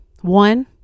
One